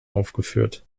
aufgeführt